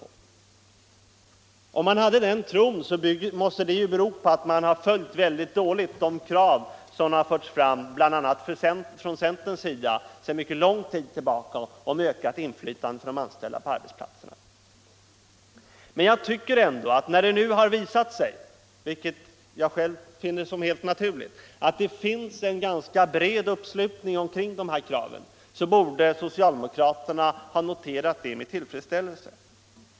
Men om man haft den tron, så måste det ha berott på att man mycket dåligt har följt de krav som sedan lång tid förts fram från bl.a. centern om ökat inflytande för de anställda på arbetsplatserna. Men när det nu har visat sig att det har blivit en ganska bred uppslutning kring det kravet —- vilket jag själv finner helt naturligt — så tycker jag att socialdemokraterna borde ha noterat detta med tillfredsställelse.